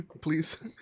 please